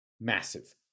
Massive